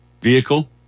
vehicle